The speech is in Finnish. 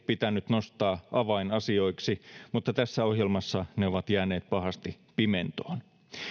pitänyt nostaa avainasioiksi mutta tässä ohjelmassa ne ovat jääneet pahasti pimentoon